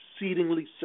exceedingly